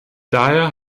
daher